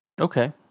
Okay